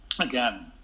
again